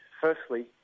firstly